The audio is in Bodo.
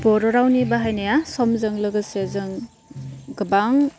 बर' रावनि बाहायनाया समजों लोगोसे जों गोबां